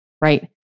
right